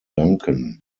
danken